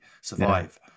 survive